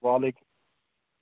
وعلیکُم